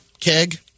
keg